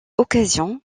occasion